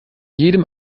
jedem